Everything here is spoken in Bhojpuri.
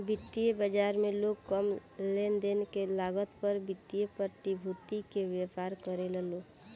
वित्तीय बाजार में लोग कम लेनदेन के लागत पर वित्तीय प्रतिभूति के व्यापार करेला लो